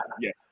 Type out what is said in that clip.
Yes